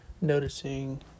noticing